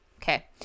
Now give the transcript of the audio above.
Okay